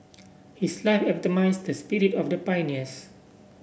his life epitomised the spirit of the pioneers